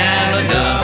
Canada